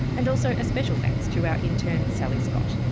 and also a special thanks to our intern sally scott.